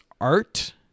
art